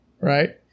right